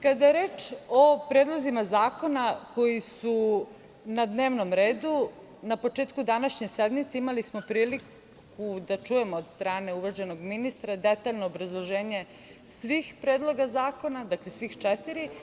Kada je reč o predlozima zakona koji su na dnevnom redu na početku današnje sednice imali smo priliku da čujemo od strane uvaženog ministra detaljno obrazloženje svih predloga zakona, dakle, sva četiri.